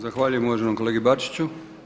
Zahvaljujem uvaženom kolegi Bačiću.